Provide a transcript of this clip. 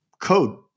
code